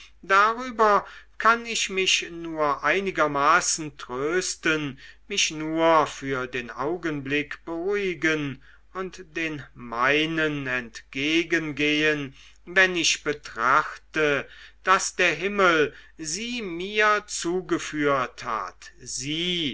darüber kann ich mich nur einigermaßen trösten mich nur für den augenblick beruhigen und den meinen entgegengehen wenn ich betrachte daß der himmel sie mir zugeführt hat sie